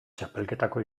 txapelketako